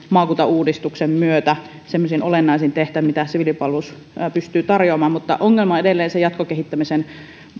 maakuntauudistuksen myötä semmoisiin olennaisiin tehtäviin joita siviilipalvelus pystyy tarjoamaan mutta ongelma on edelleen jatkokehittämisen